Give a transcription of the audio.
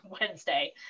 Wednesday